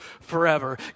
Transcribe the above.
forever